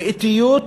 באטיות,